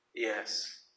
Yes